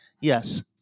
Yes